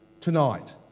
tonight